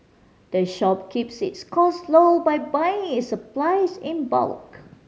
the shop keeps its costs low by buying its supplies in bulk